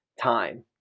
time